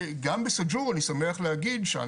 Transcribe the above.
אני שמח להגיד שגם בסאג'ור,